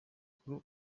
kuri